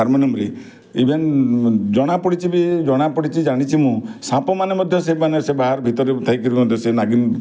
ହାରମୋନିୟମ୍ରେ even ଜଣା ପଡ଼ିଛି ବି ଜଣା ପଡ଼ିଛି ଜାଣିଛି ମୁଁ ସାପମାନେ ମଧ୍ୟ ସେମାନେ ସେ ବାହାରେ ଭିତରେ ଥାଇକିରି ମଧ୍ୟ ସେ ନାଗିନ୍